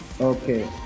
Okay